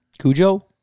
Cujo